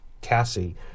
Cassie